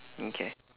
okay